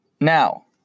Now